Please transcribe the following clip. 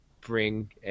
bring